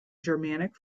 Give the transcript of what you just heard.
germanic